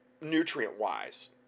nutrient-wise